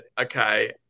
Okay